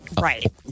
Right